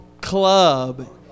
club